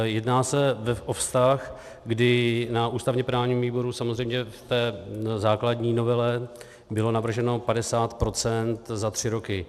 Jedná se o vztah, kdy na ústavněprávním výboru samozřejmě v té základní novele bylo navrženo 50 % za tři roky.